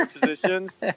positions